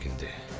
dare